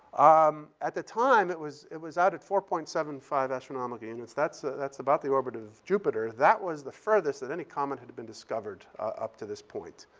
um at the time, it was it was out at four point seven five astronomical units. that's that's about the orbit of jupiter. that was the furthest that any comet had been discovered up to this point.